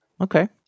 Okay